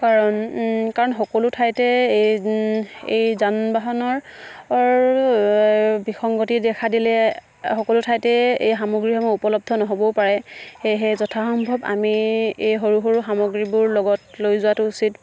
কাৰণ সকলো ঠাইতে এই এই যান বাহনৰ বিসংগতিয়ে দেখা দিলে সকলো ঠাইতে এই সামগ্ৰীসমূহ উপলব্ধ নহ'বও পাৰে সেয়েহে যথাসম্ভৱ আমি এই সৰু সৰু সামগ্ৰীবোৰ লগত লৈ যোৱাটো উচিত